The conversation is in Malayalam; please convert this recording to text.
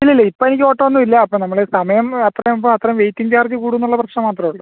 ഇല്ലില്ല ഇപ്പോൾ എനിക്കോട്ടൊന്നും ഇല്ല അപ്പം നമ്മൾ സമയം അത്രയും അത്രയും വെയ്റ്റിംഗ് ചാർജ് കൂടുന്നുള്ള പ്രശ്നം മാത്രമേയുള്ളു